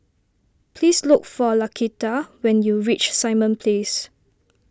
please look for Laquita when you reach Simon Place